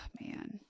man